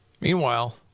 Meanwhile